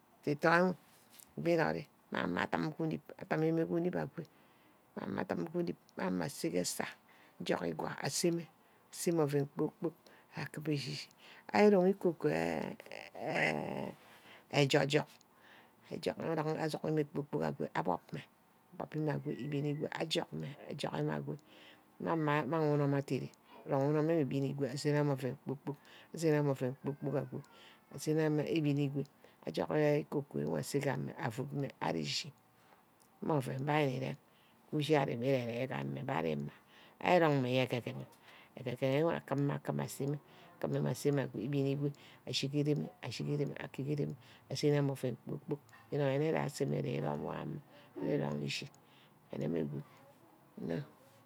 Ndidor mme, abînori amang mme adim ke unip, adîm mme ke unip ago. adim ke unip ago amang mme ase ke esa. ajug igwa asame, asame oven kpor-kpork. akaba echi-chi. Arí îrong iko-koi aj́ej́ug. ajug mme kpor-kpork ago abob mme. abopmeh kpor-kpotk ago ibeni go ajung mme. ajug mme ago amang unum aderi. îgaha unum wor ibení îgo asene mme oven kpor-kpork ago asene mme íbení ígo. ajug enh íko-koiase ke ame avud mme ari echi̍. mme mbe oven ari nni erem. mme ushi arigam ri íma ari rong mme aye agagenewo akímma akim ah seme ibeni îgo ajerime ajerime asene mme oven kpor-kpork. ínori arseme înge rum wor ama